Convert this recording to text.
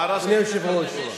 ההערה של חבר הכנסת ברורה.